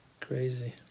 Crazy